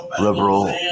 liberal